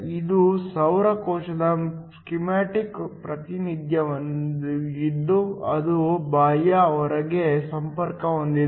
ಇದು ಸೌರ ಕೋಶದ ಸ್ಕೀಮ್ಯಾಟಿಕ್ ಪ್ರಾತಿನಿಧ್ಯವಾಗಿದ್ದು ಅದು ಬಾಹ್ಯ ಹೊರೆಗೆ ಸಂಪರ್ಕ ಹೊಂದಿದೆ